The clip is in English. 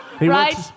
Right